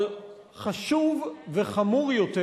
אבל חשוב וחמור יותר,